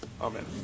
Amen